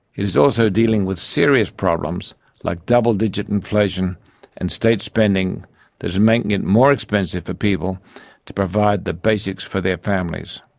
it is also dealing with serious problems like double-digit inflation and state spending that is making it more expensive for people to provide the basics for their families.